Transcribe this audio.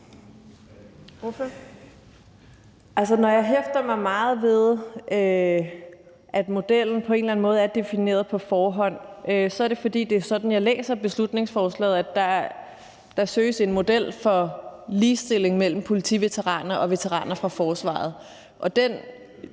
når jeg hæfter mig meget ved, at modellen på en eller anden måde er defineret på forhånd, så er det, fordi det er sådan, jeg læser beslutningsforslaget, altså at der søges en model for ligestilling mellem politiveteraner og veteraner fra forsvaret.